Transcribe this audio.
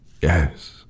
yes